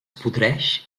podreix